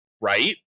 Right